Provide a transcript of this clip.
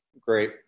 great